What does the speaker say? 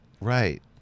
Right